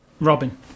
Robin